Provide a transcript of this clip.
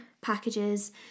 packages